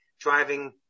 driving